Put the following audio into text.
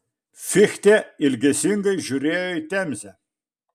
fichtė ilgesingai žiūrėjo į temzę